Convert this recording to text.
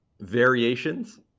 variations